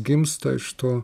gimsta iš to